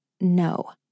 No